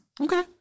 Okay